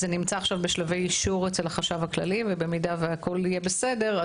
זה נמצא עכשיו בשלבי אישור אצל החשב הכללי ואם הכול יהיה בסדר,